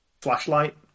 flashlight